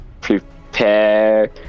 prepare